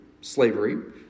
slavery